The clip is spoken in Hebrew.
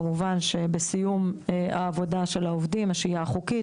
כמובן שבסיום העבודה של העובדים השהייה החוקית,